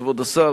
כבוד השר,